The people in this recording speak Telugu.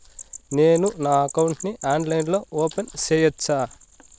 నేను నా అకౌంట్ ని ఆన్లైన్ లో ఓపెన్ సేయొచ్చా?